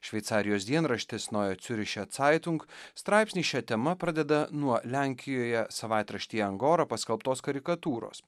šveicarijos dienraštis nojo ciuriše caitunk straipsnį šia tema pradeda nuo lenkijoje savaitraštyje angora paskelbtos karikatūros